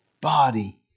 body